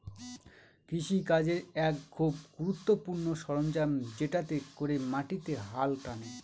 কৃষি কাজের এক খুব গুরুত্বপূর্ণ সরঞ্জাম যেটাতে করে মাটিতে হাল টানে